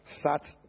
sat